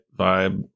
vibe